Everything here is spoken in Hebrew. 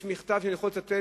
יש מכתב שאני יכול לצטט,